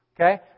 Okay